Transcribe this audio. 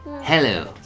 Hello